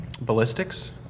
ballistics